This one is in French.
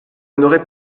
n’aurait